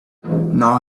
now